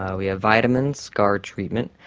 ah we have vitamins, scar treatment,